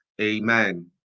Amen